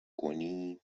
کنی